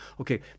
Okay